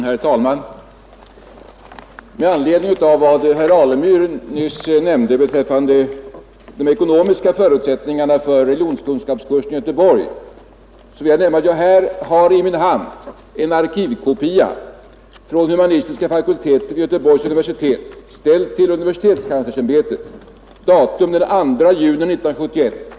Herr talman! Med anledning av vad herr Alemyr nyss sade beträffande de ekonomiska förutsättningarna för religionskunskapskursen i Göteborg vill jag nämna att jag har här i min hand en arkivkopia av ett brev från den humanistiska fakulteten vid Göteborgs universitet och ställd till universitetskanslersämbetet, datum den 2 juni 1971.